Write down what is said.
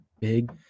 Big